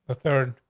the third,